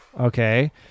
okay